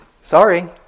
Sorry